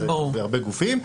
זה בהרבה גופים,